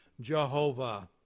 Jehovah